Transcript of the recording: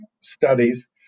studies